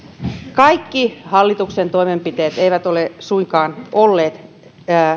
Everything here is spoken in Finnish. kaikki hallituksen toimenpiteet eivät ole suinkaan olleet